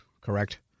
correct